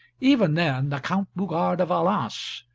even then the count bougars de valence,